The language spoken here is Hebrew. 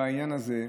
בעניין הזה.